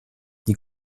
die